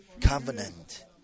covenant